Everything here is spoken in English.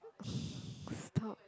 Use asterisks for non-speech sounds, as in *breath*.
*breath* stop